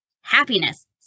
happiness